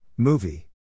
Movie